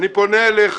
פונה אליך,